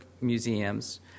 museums